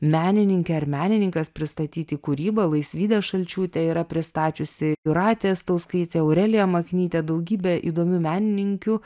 menininkė ar menininkas pristatyti kūrybą laisvydė šalčiūtė yra pristačiusi jūratė stauskaitė aurelija maknytė daugybė įdomių menininkių